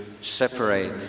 separate